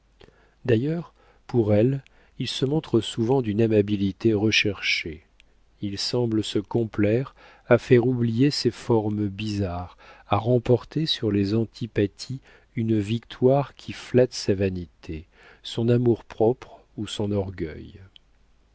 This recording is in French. d'ailleurs pour elles il se montre souvent d'une amabilité recherchée il semble se complaire à faire oublier ses formes bizarres à remporter sur les antipathies une victoire qui flatte sa vanité son amour-propre ou son orgueil